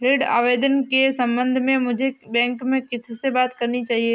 ऋण आवेदन के संबंध में मुझे बैंक में किससे बात करनी चाहिए?